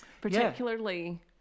particularly